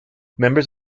members